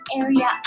area